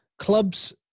clubs